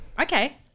Okay